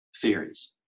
theories